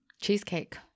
Cheesecake